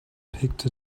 picked